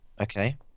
Okay